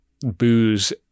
booze